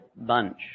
bunch